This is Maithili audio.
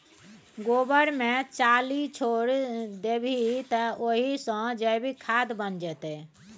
गोबर मे चाली छोरि देबही तए ओहि सँ जैविक खाद बनि जेतौ